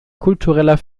kultureller